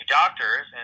doctors